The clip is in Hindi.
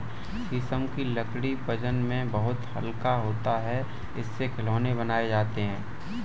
शीशम की लकड़ी वजन में बहुत हल्का होता है इससे खिलौने बनाये जाते है